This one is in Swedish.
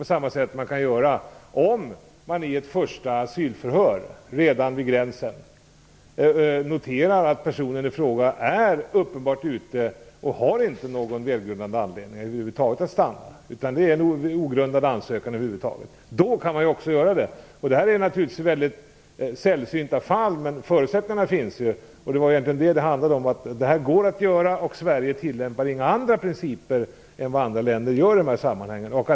På samma sätt kan man göra en direktavvisning om man i ett första asylförhör redan vid gränsen noterar att personen i fråga helt uppenbart inte har någon välgrundad anledning att få stanna, utan ansökan över huvud taget är ogrundad. Det här är naturligtvis väldigt sällsynta fall, men förutsättningarna finns. Det här går att göra, och Sverige tillämpar inga andra principer än andra länder i de här sammanhangen.